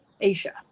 Asia